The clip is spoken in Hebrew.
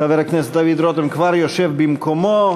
חבר הכנסת דוד רותם כבר יושב במקומו.